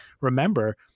remember